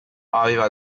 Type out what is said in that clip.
aveva